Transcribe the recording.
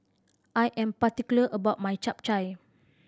I am particular about my Chap Chai